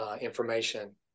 information